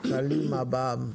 קלימה בע"מ.